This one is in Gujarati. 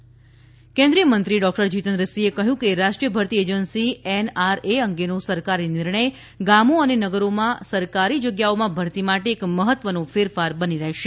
જીતેન્દ્ર એનઆરએ કેન્દ્રીય મંત્રી ડોક્ટર જીતેન્દ્રસિંહે કહ્યું છે કે રાષ્ટ્રીય ભરતી એજન્સી એનઆરએ અંગેનો સરકારી નિર્ણય ગામો અને નગરોમાં સરકારી જગ્યાઓમાં ભરતી માટે એક મહત્વનો ફેરફાર બની રહેશે